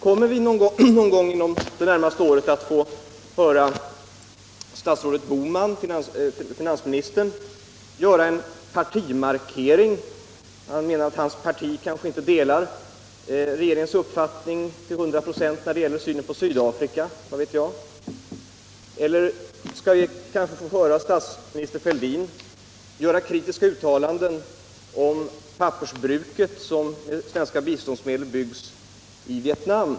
Kommer vi inom det närmaste året att få höra finansminister Bohman göra en partimarkering, om att hans parti inte till 100 96 delar regeringens syn på Sydafrika? Skall vi få höra statsminister Fälldin göra kritiska uttalanden om det pappersbruk som med svenska biståndsmedel byggs i Vietnam?